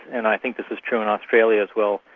and i think this is true in australia as well,